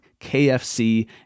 KFC